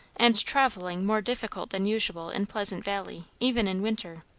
and travelling more difficult than usual in pleasant valley even in winter.